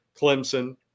Clemson